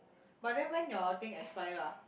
but then when your thing expire ah